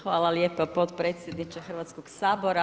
Hvala lijepa potpredsjedniče Hrvatskog sabora.